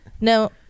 no